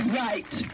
right